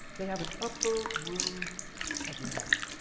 they have an upper room identity.